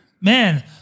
Man